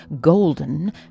golden